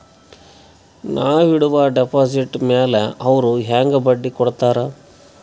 ನಾ ಇಡುವ ಡೆಪಾಜಿಟ್ ಮ್ಯಾಲ ಅವ್ರು ಹೆಂಗ ಬಡ್ಡಿ ಕೊಡುತ್ತಾರ?